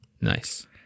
Nice